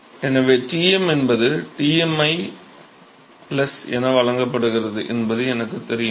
எனவே Tm என்பது Tmi என வழங்கப்படுகிறது என்பது எனக்குத் தெரியும்